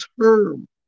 term